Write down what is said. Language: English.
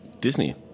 Disney